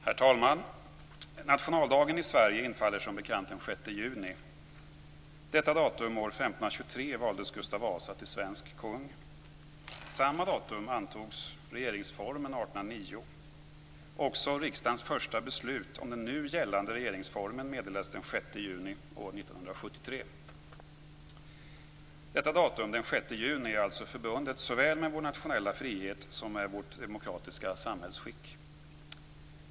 Herr talman! Nationaldagen i Sverige infaller som bekant den 6 juni. Detta datum år 1523 valdes Gustav 6 juni 1973. Datumet den 6 juni är alltså förbundet såväl med vår nationella frihet som med vårt demokratiska samhällsskick.